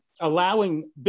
allowing